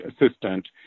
assistant